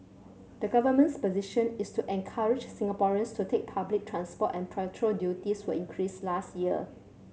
the government's position is to encourage Singaporeans to take public transport and petrol duties were increased last year